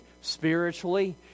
spiritually